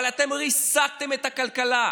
אבל אתם ריסקתם את הכלכלה.